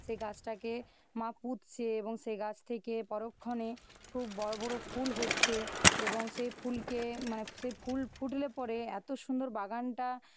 সেই গাছটাকে মা পুঁতছে এবং সেই গাছ থেকে পরক্ষণে খুব বড়ো বড়ো ফুল হচ্ছে এবং সেই ফুলকে মানে সেই ফুল ফুটলে পরে এত সুন্দর বাগানটা